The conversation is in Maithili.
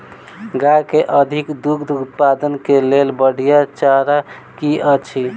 गाय केँ अधिक दुग्ध उत्पादन केँ लेल बढ़िया चारा की अछि?